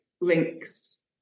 links